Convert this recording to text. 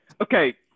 Okay